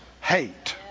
hate